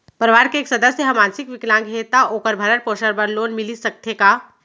परवार के एक सदस्य हा मानसिक विकलांग हे त का वोकर भरण पोषण बर लोन मिलिस सकथे का?